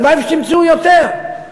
הלוואי שתמצאו יותר.